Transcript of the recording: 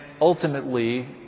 ultimately